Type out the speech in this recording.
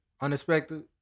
unexpected